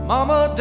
Mama